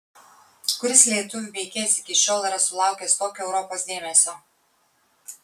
kuris lietuvių veikėjas iki šiol yra sulaukęs tokio europos dėmesio